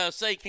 say